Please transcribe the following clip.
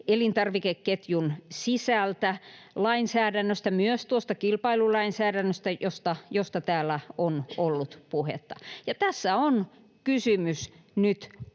elintarvikeketjun sisältä kuin lainsäädännöstä — myös kilpailulainsäädännöstä, josta täällä on ollut puhetta. Tässä on kysymys nyt